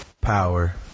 Power